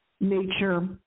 nature